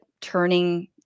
Turning